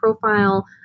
profile